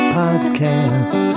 podcast